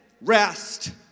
rest